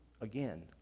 Again